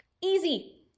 Easy